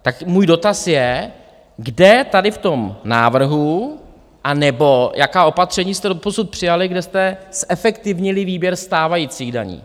Tak můj dotaz je, kde tady v tom návrhu, anebo jaká opatření jste doposud přijali, kde jste zefektivnili výběr stávajících daní?